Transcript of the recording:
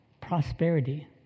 prosperity